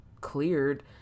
cleared